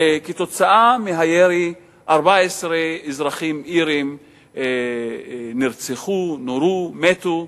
ומהירי 14 אזרחים אירים נרצחו, נורו, מתו.